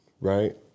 right